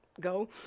go